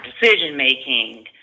decision-making